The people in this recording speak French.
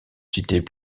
cités